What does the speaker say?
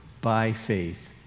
by-faith